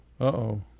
Uh-oh